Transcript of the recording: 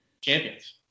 Champions